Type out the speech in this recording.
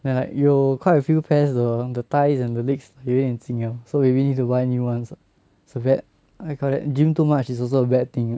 then like 有 quite a few pants the the thighs and the legs 有一点紧了 so maybe need to buy new [ones] so bad I think gym too much is also a bad thing